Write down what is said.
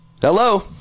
hello